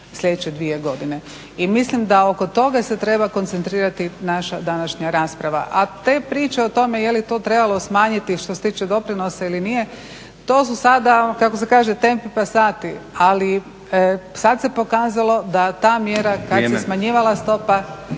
sljedeće dvije godine. I mislim da oko toga se treba koncentrirati naša današnja rasprava, a te priče o tome je li to trebalo smanjiti što se tiče doprinosa ili nije to su sada kako se kaže tempo pasati. Ali sad se pokazalo da ta mjera… …/Upadica Stazić: